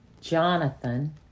Jonathan